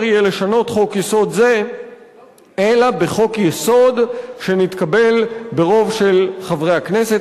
לשנות חוק-יסוד זה אלא בחוק-יסוד שנתקבל ברוב של חברי הכנסת.